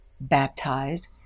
baptized